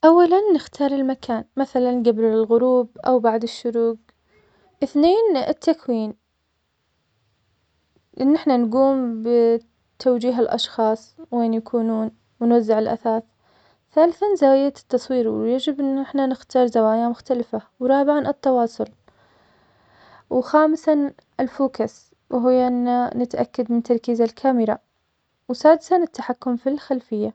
أولا نختار المكان, مثلا, قبل الغروب أو بعد الشروق, إثنين, التكوين, إن احنا نقوم بتوجيه الأشخاص وينيكونون, ونوزع الأثاث, ثالثاً زاوية التصوير, ويجب إن احنا نختار زوايا مختلفة, ورابعاً التواصل, وخامساً الفوكس, وهيا إنا نتأكد من تركيز الكاميرا, وسادساً, التحكم في الخليفية.